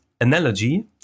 analogy